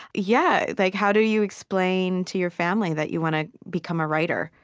yeah like how do you explain to your family that you want to become a writer?